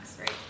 right